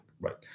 right